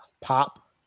pop